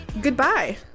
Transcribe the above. goodbye